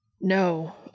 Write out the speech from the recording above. No